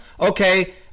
Okay